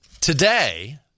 today